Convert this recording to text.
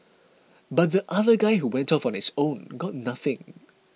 but the other guy who went off on his own got nothing